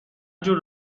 جور